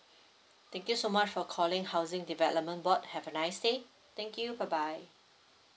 thank you so much for calling housing development board have a nice day thank you bye bye